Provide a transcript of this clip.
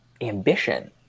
ambition